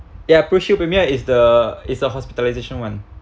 ya prushield premier is the is the hospitalisation one